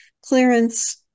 clearance